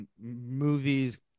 movies